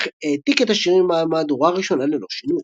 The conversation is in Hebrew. אך העתיק את השירים מהמהדורה הראשונה ללא שינוי.